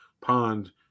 pond